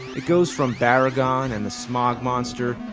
it goes from baragon and the smog monster,